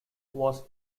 was